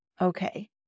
okay